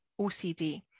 OCD